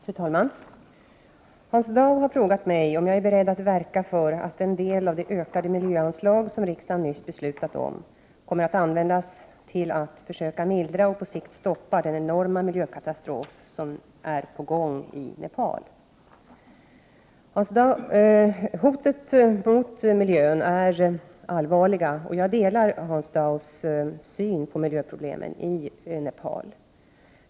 Fru talman! Hans Dau har frågat mig om jag är beredd att verka för att en del av de ökade miljöanslag som riksdagen nyss beslutat om kommer att användas till att försöka mildra och på sikt stoppa den enorma miljökatastrof, som är på gång i Nepal. Hoten mot miljön är allvarliga, och jag delar Hans Daus syn på miljöproblemen i Nepal.